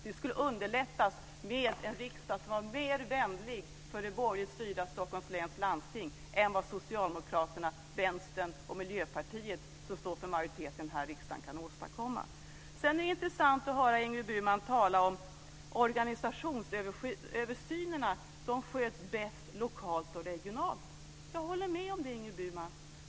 Det skulle underlättas med en riksdag som var mer vänligt inställd till det borgerligt styrda Stockholms läns landsting än vad Socialdemokraterna, Vänstern och Miljöpartiet, som står för majoriteten här i riksdagen, är. Sedan är det intressant att höra Ingrid Burman tala om att organisationsöversynerna sköts bäst lokalt och regional. Jag håller med om det, Ingrid Burman.